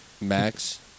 max